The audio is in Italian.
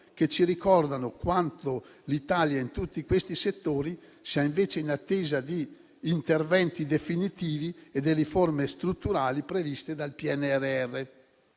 che ci ricordano quanto l'Italia in tutti questi settori sia invece in attesa di interventi definitivi e delle riforme strutturali previste dal PNRR.